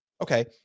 Okay